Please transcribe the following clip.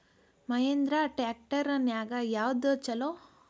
Mahindra tractor ನ್ಯಾಗ ಯಾವ್ದ ಛಲೋ?